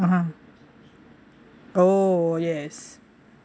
(uh huh) oh yes